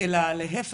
אלא להיפך,